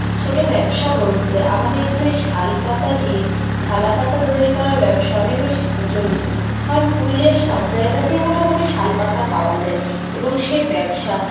ছোটো ব্যবসা বলতে আমাদের এখানে শালপাতা দিয়ে থালাপাতা তৈরি করার ব্যবসা অনেক বেশি প্রচলিত কারণ পুরুলিয়ার সব জায়গাতেই মোটামোটি শালপাতা পাওয়া যায় এবং সে ব্যবসা